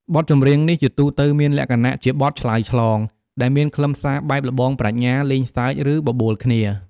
បទចម្រៀងនេះជាទូទៅមានលក្ខណៈជាបទឆ្លើយឆ្លង ដែលមានខ្លឹមសារបែបល្បងប្រាជ្ញា លេងសើច ឬបបួលគ្នា។